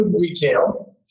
retail